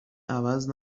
عوض